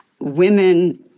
women